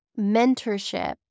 mentorship